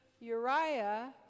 Uriah